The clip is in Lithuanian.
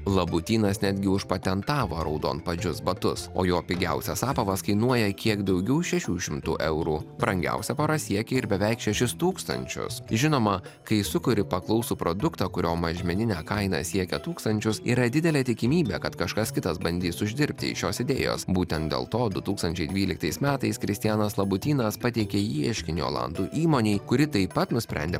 labutynas netgi užpatentavo raudonpadžius batus o jo pigiausias apavas kainuoja kiek daugiau šešių šimtų eurų brangiausia pora siekia ir beveik šešis tūkstančius žinoma kai sukuri paklausų produktą kurio mažmeninė kaina siekia tūkstančius yra didelė tikimybė kad kažkas kitas bandys uždirbti iš šios idėjos būtent dėl to du tūkstančiai dvyliktais metais kristianas labutynas pateikė ieškinį olandų įmonei kuri taip pat nusprendė